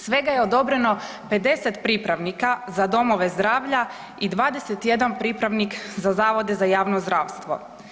Svega je odobreno 50 pripravnika za domove zdravlja i 21 pripravnik za zavode za javno zdravstvo.